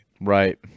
Right